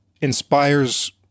inspires